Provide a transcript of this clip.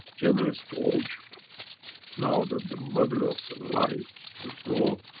generous to all children now that the mother of the life has blown.